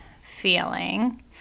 feeling